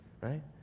right